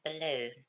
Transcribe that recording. balloon